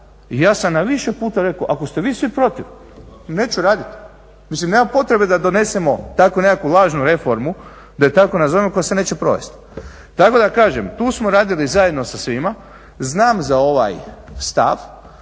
ja sam više puta rekao, ako ste vi svi protiv, neću raditi. Mislim nema potrebe da donesemo tako neku lažnu reformu, da je tako nazovem, koja se neće provesti. Tako da kažem, tu smo radili zajedno sa svima, znam za ovaj stav,